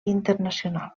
internacional